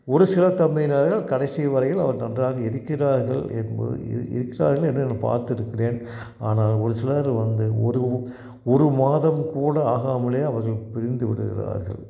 ஒரு சில தம்பதியினர்கள் கடைசி வரைலையும் அவர் நன்றாக இருக்கிறார்கள் என்பது இ இருக்கிறார்கள் என்னனு நான் பார்த்துருக்கிறேன் ஆனால் ஒரு சிலர் வந்து ஒரு ஒரு மாதம் கூட ஆகாமலையே அவர்கள் பிரிந்து விடுகிறார்கள்